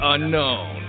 Unknown